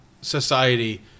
society